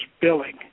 billing